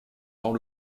dans